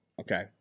Okay